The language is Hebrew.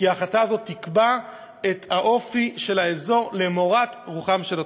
כי ההחלטה הזאת תקבע את האופי של האזור למורת רוחם של התושבים.